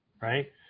right